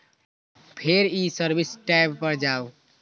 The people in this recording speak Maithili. फेर ई सर्विस टैब पर जाउ